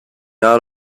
out